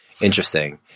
Interesting